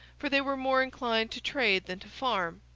for they were more inclined to trade than to farm,